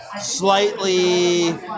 slightly